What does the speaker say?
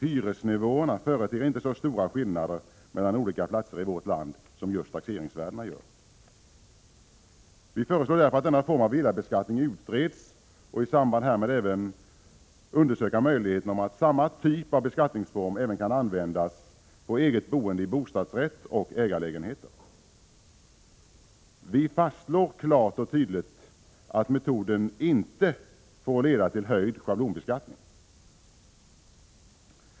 Hyresnivåerna företer inte så stora skillnader mellan olika platser i vårt land som taxeringsvärdena gör. Vi föreslår därför att denna form av villabeskattning utreds och att man i samband härmed även Prot, 1986/87:104 undersöker möjligheten att samma typ av beskattning kan användas även på 8 april 1987 eget boende i bostadsrätt och ägarlägenhet. Vi fastslår klart och tydligt att metoden inte får leda till höjd schablonbeskattning.